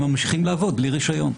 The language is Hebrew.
הם ממשיכים לעבוד בלי רישיון.